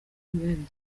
bwihariye